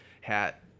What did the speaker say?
hat